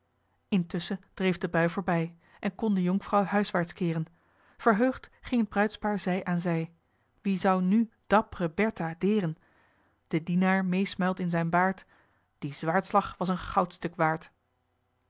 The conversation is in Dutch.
dreef de bui voorbij en kon de jonkvrouw huiswaarts keeren verheugd ging t bruidspaar zij aan zij wie zou nu dapp're bertha deren de dienaar meesmuilt in zijn baard die zwaardslag was een goudstuk waard